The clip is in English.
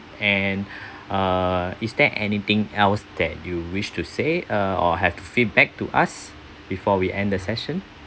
and uh is there anything else that you wish to say uh or have to feedback to us before we end the session